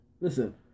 listen